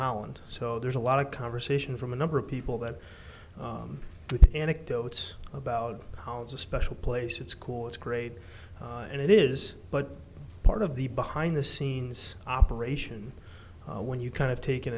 holland so there's a lot of conversation from a number of people that with anecdotes about how it's a special place it's cool it's great and it is but part of the behind the scenes operation when you kind of take